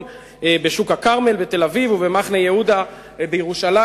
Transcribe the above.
בשוק הכרמל בתל-אביב ובמחנה-יהודה בירושלים.